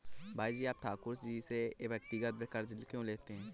भाई जी आप ठाकुर जी से ही व्यक्तिगत कर्ज क्यों लेते हैं?